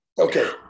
Okay